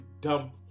dumb